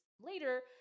later